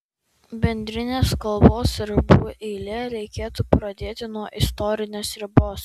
bendrinės kalbos ribų eilę reikėtų pradėti nuo istorinės ribos